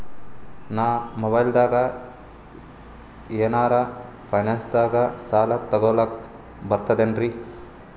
ನಾ ಮೊಬೈಲ್ದಾಗೆ ಏನರ ಫೈನಾನ್ಸದಾಗ ಸಾಲ ತೊಗೊಲಕ ಬರ್ತದೇನ್ರಿ?